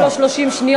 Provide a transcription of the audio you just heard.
נותרו לו 30 שניות.